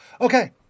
Okay